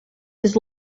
his